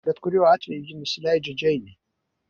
bet kuriuo atveju ji nusileidžia džeinei